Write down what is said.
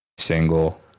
single